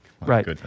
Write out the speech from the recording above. Right